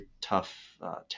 tough